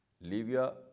Libya